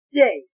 day